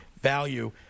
value